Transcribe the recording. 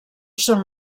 són